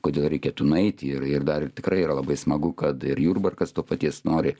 kodėl reikėtų nueiti ir ir dar tikrai yra labai smagu kad ir jurbarkas to paties nori